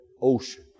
ocean